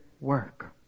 work